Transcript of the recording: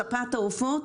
שפעת העופות,